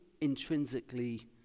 intrinsically